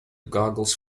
goggles